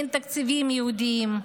אין תקציבים ייעודיים.